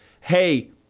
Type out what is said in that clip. hey